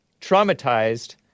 traumatized